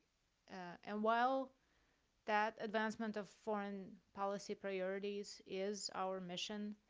and while that advancement of foreign policy priorities is our mission,